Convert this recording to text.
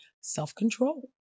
self-control